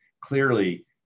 clearly